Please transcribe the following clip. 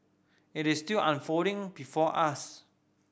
it is still unfolding before us